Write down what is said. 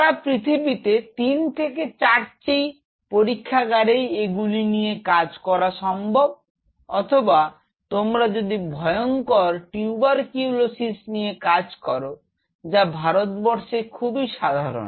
সারা পৃথিবীতে তিন থেকে চারটি পরীক্ষাগারেই এগুলি নিয়ে কাজ করা সম্ভব অথবা তোমরা যদি ভয়ঙ্কর টিউবারকিউলোসিস নিয়ে কাজ করো যা ভারতবর্ষে খুবই সাধারণ